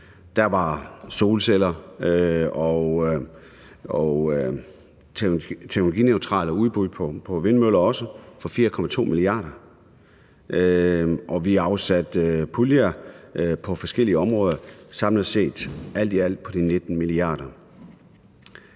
Der var solceller og også teknologineutrale udbud på vindmøller for 4,2 mia. kr., og vi afsatte puljer på forskellige områder for samlet set og alt i alt